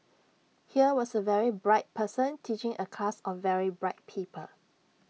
here was A very bright person teaching A class of very bright people